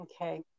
Okay